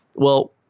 well,